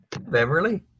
Beverly